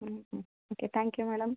okay thank you madam